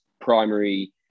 primary